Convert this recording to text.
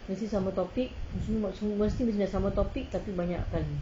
mesti sama topic semua mesti sama topic tapi banyak kali